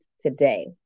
today